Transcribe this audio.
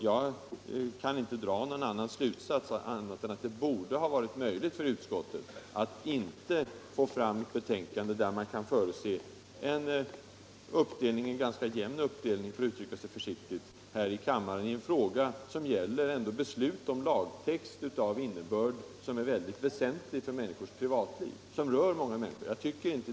Jag kan inte dra någon annan slutsats än att det borde ha varit möjligt för utskottet att presentera ett betänkande, där man inte hade behövt förutse en ganska jämn uppdelning här i kammaren — för att nu uttrycka sig försiktigt — i en fråga som gäller beslut om lagtext som är viktig för många människors privatliv.